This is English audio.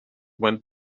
went